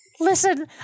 Listen